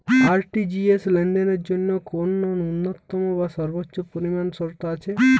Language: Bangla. আর.টি.জি.এস লেনদেনের জন্য কোন ন্যূনতম বা সর্বোচ্চ পরিমাণ শর্ত আছে?